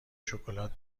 شکلات